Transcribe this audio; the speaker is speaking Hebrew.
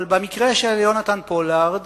אבל במקרה של יהונתן פולארד